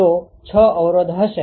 તો 6 અવરોધ હશે